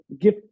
give